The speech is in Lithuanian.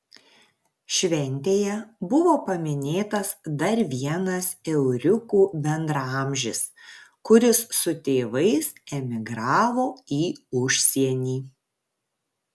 šventėje buvo paminėtas dar vienas euriukų bendraamžis kuris su tėvais emigravo į užsienį